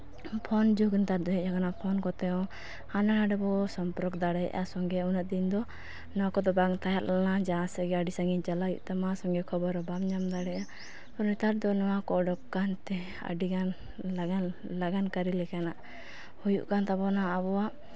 phone ᱡᱩᱜᱽ ᱱᱮᱛᱟᱨ ᱫᱚ ᱦᱮᱡᱽ ᱟᱠᱟᱱᱟ ᱯᱷᱳᱱ ᱠᱚᱛᱮ ᱦᱚᱸ ᱦᱟᱸᱰᱮ ᱱᱟᱸᱰᱮ ᱵᱚ ᱥᱚᱢᱯᱚᱨᱠ ᱫᱟᱲᱮᱭᱟᱜᱼᱟ ᱥᱚᱸᱜᱮ ᱩᱱᱟᱹᱜ ᱫᱤᱱ ᱫᱚ ᱚᱱᱟ ᱠᱚᱫᱚ ᱵᱟᱝ ᱛᱟᱦᱮᱸᱞᱮᱱᱟ ᱡᱟᱦᱟᱸ ᱥᱮᱫᱜᱮ ᱟᱹᱰᱤ ᱥᱟᱺᱜᱤᱧ ᱪᱟᱞᱟᱜ ᱦᱩᱭᱩᱜ ᱛᱟᱢᱟ ᱥᱚᱸᱜᱮ ᱠᱷᱚᱵᱚᱨ ᱦᱚᱸ ᱵᱟᱢ ᱧᱟᱢ ᱫᱟᱲᱮᱭᱟᱜᱼᱟ ᱱᱮᱛᱟᱨ ᱫᱚ ᱱᱚᱣᱟ ᱠᱚ ᱩᱰᱩᱠ ᱟᱠᱟᱱᱛᱮ ᱟᱹᱰᱤᱜᱟᱱ ᱞᱟᱜᱟᱱ ᱞᱟᱜᱟᱱ ᱠᱟᱹᱨᱤ ᱞᱮᱠᱟᱱᱟᱜ ᱦᱩᱭᱩᱜ ᱠᱟᱱ ᱛᱟᱵᱚᱱᱟ ᱟᱵᱚᱣᱟᱜ